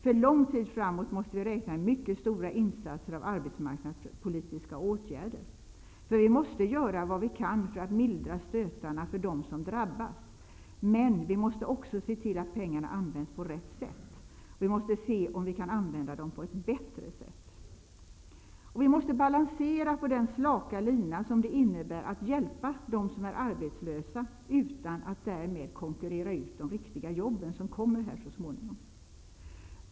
För lång tid framåt måste vi räkna med mycket stora insatser av arbetsmarknadspolitiska åtgärder. Vi måste göra vad vi kan för att mildra stötarna för dem som drabbas, men vi måste också se till att pengarna används på rätt sätt, och vi måste se om vi kan använda dem på ett bättre sätt. Att hjälpa dem som är arbetslösa innebär att vi måste balansera på slak lina och se till att inte samtidigt konkurrera ut de riktiga jobb som kommer att finnas så småningom.